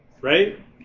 Right